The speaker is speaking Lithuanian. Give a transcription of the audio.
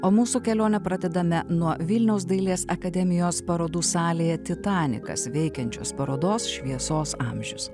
o mūsų kelionę pradedame nuo vilniaus dailės akademijos parodų salėje titanikas veikiančios parodos šviesos amžius